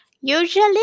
usually